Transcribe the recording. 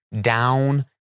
down